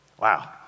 Wow